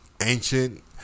ancient